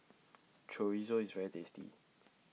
Chorizo IS very tasty